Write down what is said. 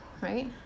right